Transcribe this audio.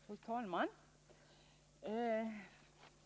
Fru talman!